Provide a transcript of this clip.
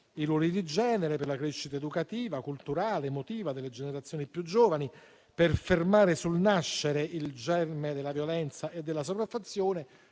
i ruoli di genere; per la crescita educativa, culturale, emotiva delle generazioni più giovani; per fermare sul nascere il germe della violenza e della sopraffazione.